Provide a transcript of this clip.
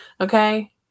Okay